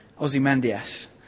Ozymandias